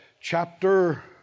Chapter